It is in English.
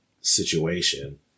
situation